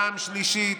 פעם שלישית,